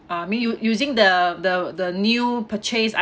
I mean u~ using the the the new purchase